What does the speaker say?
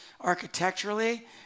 Architecturally